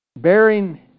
bearing